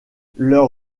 leurs